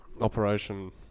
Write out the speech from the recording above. operation